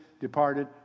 departed